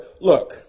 look